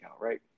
right